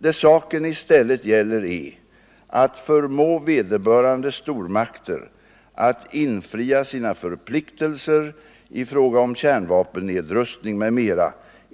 Det saken i stället gäller är att förmå ve — Nr 127 derbörande stormakter att infria sina förpliktelser i fråga om kärnva Fredagen den pennedrustning m.m.